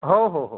ହଉ ହଉ ହଉ